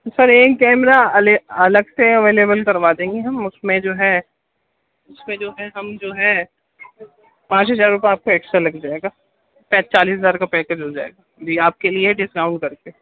سر ایک کیمرہ الگ سے اویلیبل کروا دیں گے ہم اُس میں جو ہے اُس میں جو ہے ہم جو ہے پانچ ہزار روپئے آپ کو ایکسٹرا لگ جائے گا پینتالیس ہزار روپئے کا پیکج ہو جائے گا یہ آپ کے لیے ڈسکاؤنٹ کر کے